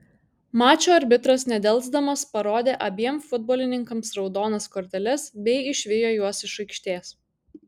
mačo arbitras nedelsdamas parodė abiem futbolininkams raudonas korteles bei išvijo juos iš aikštės